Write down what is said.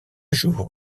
jour